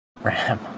RAM